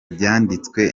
byanditswe